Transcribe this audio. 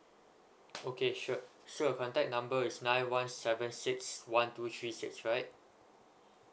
okay sure so your contact number is nine one seven six one two three six right